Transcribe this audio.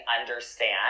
understand